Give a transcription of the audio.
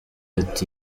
ati